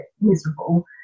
miserable